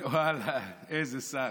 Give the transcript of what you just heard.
איזה שר.